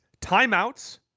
timeouts